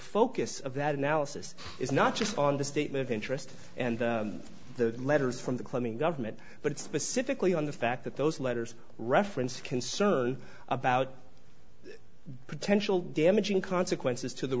focus of that analysis is not just on the statement of interest and the letters from the climbing government but specifically on the fact that those letters reference concern about potential damaging consequences to the